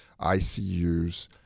ICUs